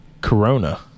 Corona